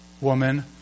woman